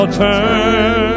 turn